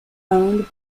owned